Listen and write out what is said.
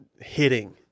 hitting